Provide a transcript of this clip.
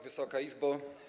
Wysoka Izbo!